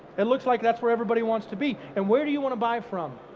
it looks like that's where everybody wants to be and where do you want to buy from?